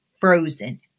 frozen